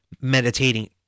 meditating